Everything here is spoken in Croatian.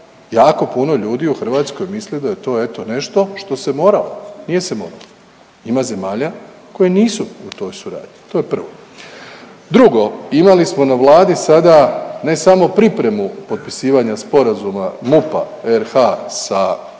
Jako puno ljudi u Hrvatskoj misli da je to eto nešto što se moralo. Nije se moralo, ima zemalja koje nisu u toj suradnji to je prvo. Drugo, imali smo na vladi sada ne samo pripremu potpisivanja sporazuma MUP-a RH sa Uredom